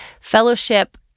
fellowship